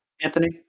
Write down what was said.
Anthony